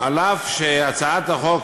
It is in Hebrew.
אף שהצעת החוק